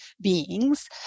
beings